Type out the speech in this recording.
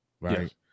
right